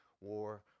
war